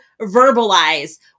verbalize